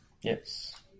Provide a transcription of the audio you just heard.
Yes